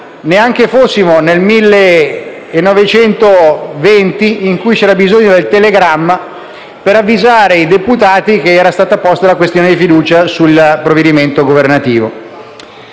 neanche fossimo nel 1920, quando c'era bisogno del telegramma per avvisare i deputati che era stata posta la questione di fiducia sul provvedimento governativo.